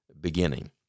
beginning